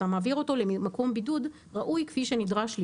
אתה מעביר אותו למקום בידוד כפי שנדרש.